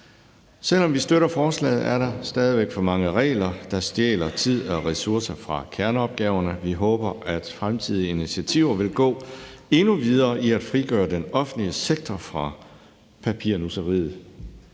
Selv om vi støtter forslaget, er der stadig væk for mange regler, der stjæler tid og ressourcer fra kerneopgaverne. Vi håber, at fremtidige initiativer vil gå endnu videre i forhold til at frigøre den offentlige sektor fra papirnusseriet,